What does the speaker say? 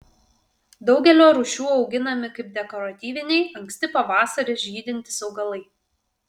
daugelio rūšių auginami kaip dekoratyviniai anksti pavasarį žydintys augalai